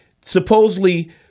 supposedly